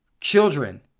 children